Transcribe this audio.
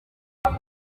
ibyo